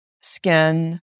skin